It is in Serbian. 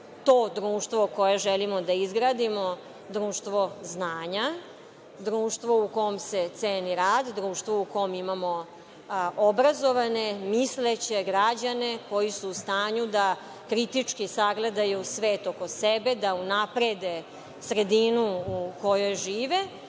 to društvo koje želimo da izgradimo društvo znanja, društvo u kom se ceni rad, društvo u kom imamo obrazovane, misleće građane koji su u stanju da kritički sagledaju svet oko sebe, da unaprede sredinu u kojoj žive,